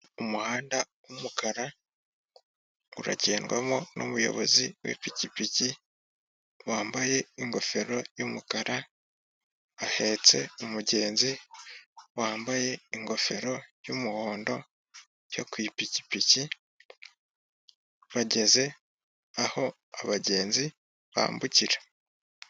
Umuhanda w'umukara uragendwamo n'umuyobozi wipikipiki wambaye ingofero yumukara ahetse umugenzi wambaye ingofero y'umuhondo yo ku ipikipiki bageze aho abagenzi bambukira .